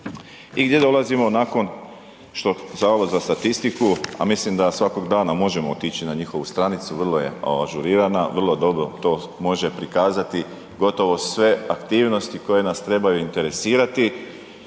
I gdje dolazimo nakon što Zavod za statistiku, a mislim da svakog dana možemo otići na njihovu stranicu, vrlo je ažurirana, vrlo dobro to može prikazati gotovo sve aktivnosti koje nas trebaju interesirati